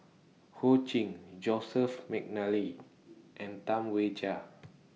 Ho Ching Joseph Mcnally and Tam Wai Jia